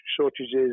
shortages